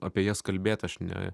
apie jas kalbėt aš ne